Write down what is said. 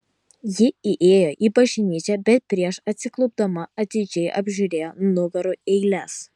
ji įėjo į bažnyčią bet prieš atsiklaupdama atidžiai apžiūrėjo nugarų eiles